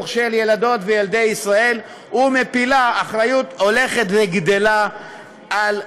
של ילדות וילדי ישראל ומפילה אחריות הולכת וגדלה על ההורים.